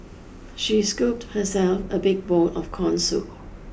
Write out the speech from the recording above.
she scooped herself a big bowl of corn soup